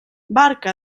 barca